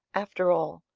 after all,